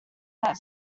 that